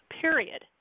period